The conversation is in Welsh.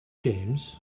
james